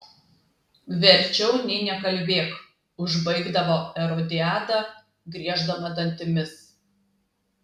verčiau nė nekalbėk užbaigdavo erodiada grieždama dantimis